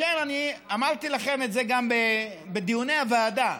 אני אמרתי לכם את זה גם בדיוני הוועדה.